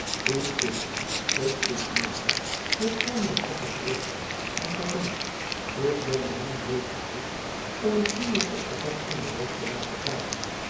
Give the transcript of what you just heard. t is mogelijk dat gy my vroeger terug ziet dan gy denkt ik ben de man nooit geweest om een eenmaal opgevat ontwerp te laten varen